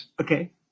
Okay